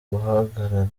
guhagararira